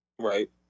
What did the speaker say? Right